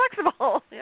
flexible